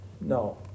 No